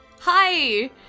Hi